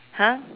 !huh!